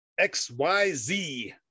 XYZ